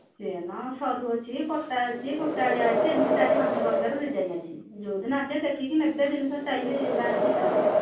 chain ସରୁ ଅଛି ପତା ଅଛି ଗୋଟାଳିଆ ଅଛି ଏମିତି ଚାରି ପାଞ୍ଚ ପ୍ରକାର ଡିଜାଇନ୍ ଅଛି ଯେଉଁ ଦିନ ଆସିବେ ଦେଖିକି ନେବେ ଜିନିଷ ଷ୍ଟାଇଲ୍ ବାହାରିଛି ତ ଆଉ